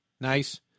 Nice